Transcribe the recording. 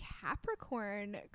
capricorn